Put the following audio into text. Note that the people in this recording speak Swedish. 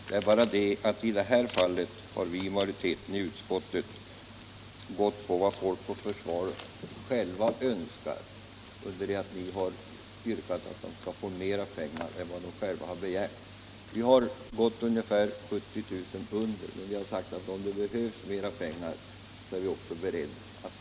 Det är bara det att vi inom utskottsmajoriteten i det här fallet har gått på vad Centralförbundet Folk och försvar självt önskar, under det att ni har yrkat att förbundet skall få mer pengar än det självt har begärt. Vårt förslag ligger ungefär 70 000 kr. lägre, men vi har sagt att om det behövs mer pengar så är vi också beredda att sätta till dem.